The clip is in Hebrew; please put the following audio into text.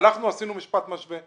הלכנו ועשינו משפט משווה.